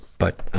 but